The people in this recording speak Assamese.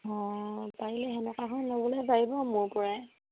অঁ পাৰিলে তেনেকুৱা এখন ল'বলৈ পাৰিব মোৰ পৰাই